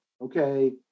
Okay